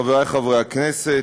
חברי חברי הכנסת,